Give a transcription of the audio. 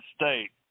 State